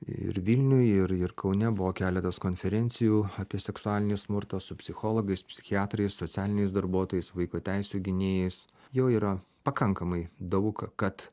ir vilniuj ir ir kaune buvo keletas konferencijų apie seksualinį smurtą su psichologais psichiatrais socialiniais darbuotojais vaiko teisių gynėjais jo yra pakankamai daug kad